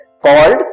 Called